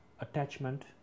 attachment